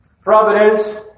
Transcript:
providence